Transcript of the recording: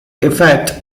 effect